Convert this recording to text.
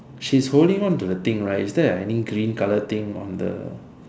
she's holding on to the thing right is there like any green color thing on the